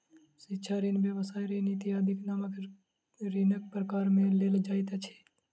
शिक्षा ऋण, व्यवसाय ऋण इत्यादिक नाम ऋणक प्रकार मे लेल जाइत अछि